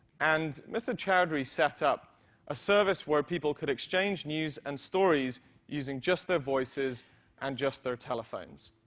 and mr. choudhary set up a service where people could exchange news and stories using just their voices and just their telephones.